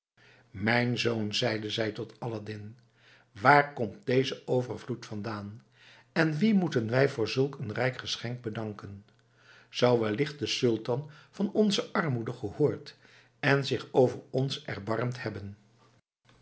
mijn zoon zeide zij tot aladdin waar komt deze overvloed vandaan en wien moeten wij voor zulk een rijk geschenk bedanken zou wellicht de sultan van onze armoede gehoord en zich over ons erbarmd hebben